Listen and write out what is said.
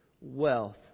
wealth